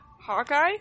Hawkeye